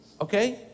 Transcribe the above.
okay